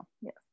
Yes